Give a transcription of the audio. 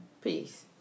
Peace